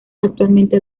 actualmente